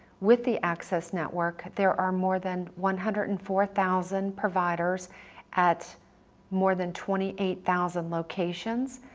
with the access network there are more than one hundred and four thousand providers at more than twenty eight thousand locations,